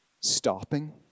stopping